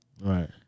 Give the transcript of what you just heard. Right